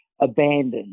abandoned